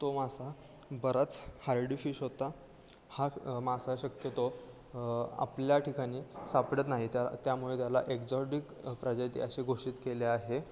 तो मासा बराच हार्डी फिश होता हा मासा शक्यतो आपल्या ठिकाणी सापडत नाही त्या त्यामुळे त्याला एक्झॉटिक प्रजाती असे घोषित केले आहे